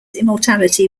immortality